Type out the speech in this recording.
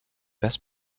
best